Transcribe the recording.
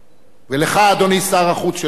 ולך, אדוני שר החוץ של מולדובה,